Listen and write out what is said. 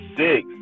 six